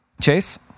Chase